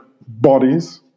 bodies